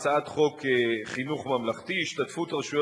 הצעת חוק חינוך ממלכתי (השתתפות רשויות